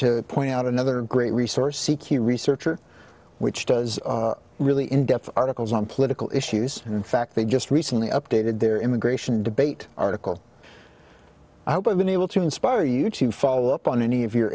to point out another great resource c q researcher which does really in depth articles on political issues in fact they just recently updated their immigration debate article we've been able to inspire you to follow up on any of your